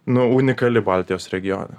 nu unikali baltijos regione